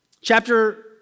Chapter